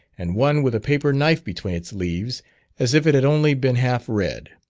and one with a paper knife between its leaves as if it had only been half read.